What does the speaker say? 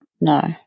no